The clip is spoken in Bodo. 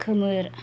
खोमोर